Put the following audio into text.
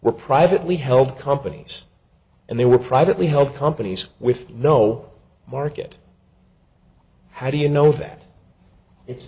were privately held companies and they were privately held companies with no market how do you know that it's